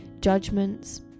judgments